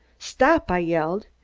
stop! i yelled.